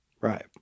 Right